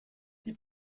die